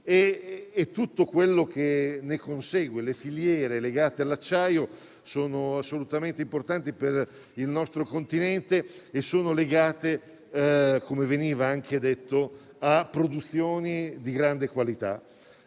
tutto quello che ne consegue. Le filiere legate all'acciaio sono assolutamente importanti per il nostro continente e sono legate, come è stato anche detto, a produzioni di grande qualità.